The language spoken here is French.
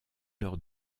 lors